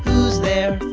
who's there?